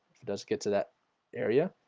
it does get to that area